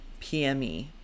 PME